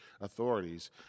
authorities